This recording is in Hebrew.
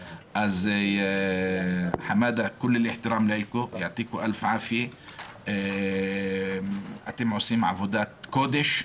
חמאדה, אתם עושים עבודת קודש,